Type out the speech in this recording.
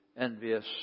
envious